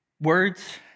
words